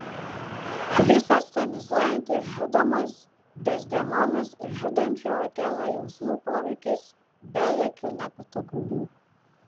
visas tonizuojantis žudomos dezdemonos ir žudančio otelo jausmų poveikis be jokių nepatogumų